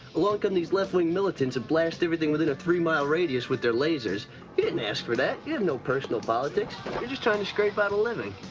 along come these left-wing militants that blast everything within a three-mile radius with their lasers. you didn't ask for that. you have no personal politics. you're just trying to scrape out a living.